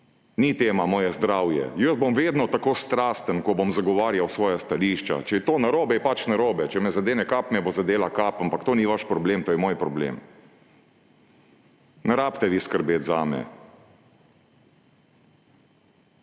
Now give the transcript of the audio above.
Ni tema moje zdravje, jaz bom vedno tako strasten, ko bom zagovarjal svoja stališča, če je to narobe, je pač narobe. Če me zadene kap, me bo zadela kap, ampak to ni vaš problem, to je moj problem. Ne rabite vi skrbeti zame.